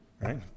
Right